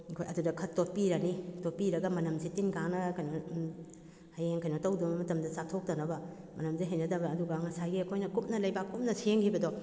ꯑꯩꯈꯣꯏ ꯑꯗꯨꯗ ꯈꯔ ꯇꯣꯠꯄꯤꯔꯅꯤ ꯇꯣꯠꯄꯤꯔꯒ ꯃꯅꯝꯁꯦ ꯇꯤꯟ ꯀꯥꯡꯅ ꯀꯩꯅꯣ ꯍꯌꯦꯡ ꯀꯩꯅꯣ ꯇꯧꯗ꯭ꯔꯤꯉꯩ ꯃꯇꯝꯗ ꯆꯥꯊꯣꯛꯇꯅꯕ ꯃꯅꯝꯁꯦ ꯍꯩꯅꯗꯕ ꯑꯗꯨꯒ ꯉꯁꯥꯏꯒꯤ ꯑꯩꯈꯣꯏꯅ ꯀꯨꯞꯅ ꯂꯩꯕꯥꯛ ꯀꯨꯞꯅ ꯁꯦꯝꯈꯤꯕꯗꯣ